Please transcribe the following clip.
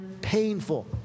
painful